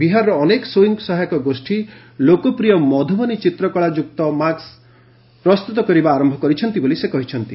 ବିହାରର ଅନେକ ସ୍ୱୟଂ ସହାୟକ ଗୋଷ୍ଠୀ ଲୋକପ୍ରିୟ ମଧ୍ରବନୀ ଚିତ୍ରକଳାଯୁକ୍ତ ମାସ୍କ ପ୍ରସ୍ତୁତ କରିବା ଆରମ୍ଭ କରିଛନ୍ତି ବୋଲି ସେ କହିଛନ୍ତି